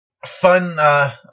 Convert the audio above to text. Fun